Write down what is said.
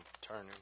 turning